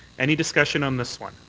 any discussion on this one?